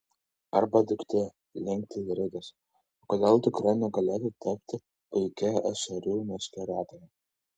arba duktė linkteli ridas o kodėl dukra negalėtų tapti puikia ešerių meškeriotoja